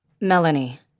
Melanie